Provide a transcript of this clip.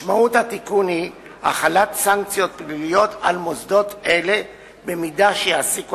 משמעות התיקון היא החלת סנקציות פליליות על מוסדות אלה אם יעסיקו